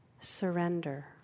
Surrender